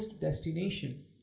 destination